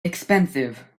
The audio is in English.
expensive